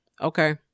Okay